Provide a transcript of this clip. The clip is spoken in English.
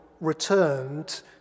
returned